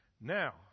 Now